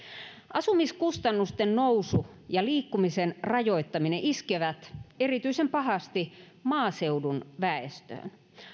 asumiskustannusten nousu ja liikkumisen rajoittaminen iskevät erityisen pahasti maaseudun väestöön